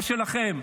גם שלכם,